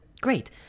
Great